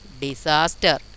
Disaster